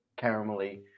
caramelly